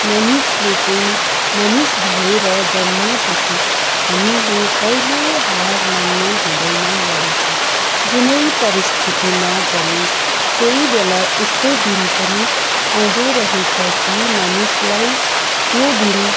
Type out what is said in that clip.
मानिसले चाहिँ मानिस भएर जन्मिए पछि हामीले कहिल्यै हार मान्नु हुँदैन रहेछ जुनै परिस्थितिमा पनि कोही बेला यस्तो दिन पनि आउँदो रहेछ कि मानिसलाई त्यो दिन